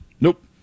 Nope